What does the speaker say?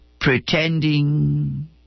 Pretending